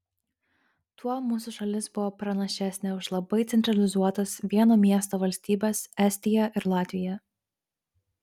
tuo mūsų šalis buvo pranašesnė už labai centralizuotas vieno miesto valstybes estiją ir latviją